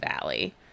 valley